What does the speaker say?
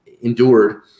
endured